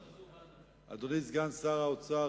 אדוני סגן שר האוצר,